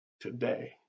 today